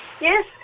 yes